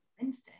wednesday